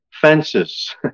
fences